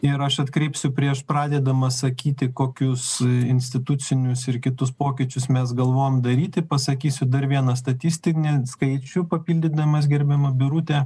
ir aš atkreipsiu prieš pradedamas sakyti kokius institucinius ir kitus pokyčius mes galvojam daryti pasakysiu dar vieną statistinį skaičių papildydamas gerbiamą birutę